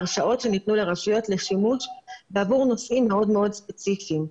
הרשאות שניתנו לרשויות לשימוש בעבור נושאים מאוד ספציפיים.